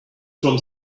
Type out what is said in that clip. from